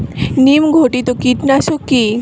নিম ঘটিত কীটনাশক কি?